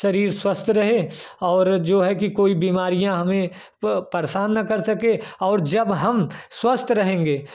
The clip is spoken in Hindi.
शरीर स्वस्थ रहे और जो है कि कोई बीमारियाँ हमें वह परेशान ना कर सके और जब हम स्वस्थ रहेंगे